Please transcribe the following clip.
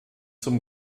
zum